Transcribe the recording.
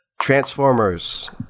Transformers